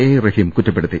A Rahim കുറ്റപ്പെ ടുത്തി